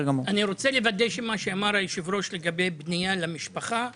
אני רוצה לוודא שמה שאמר היושב ראש לגבי בנייה למשפחה נקלט.